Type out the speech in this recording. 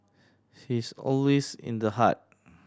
he's always in the heart